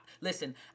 Listen